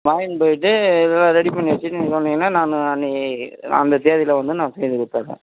வாங்கினு போயிட்டு இதெல்லாம் ரெடி பண்ணி வைச்சு நீங்கள் சொன்னீங்கன்னால் நான் அ நீ அந்த தேதியில் வந்து நான் செய்து கொடுத்துறேன்